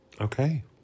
Okay